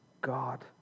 God